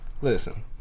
listen